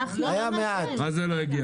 היה מעט יבוא מקביל.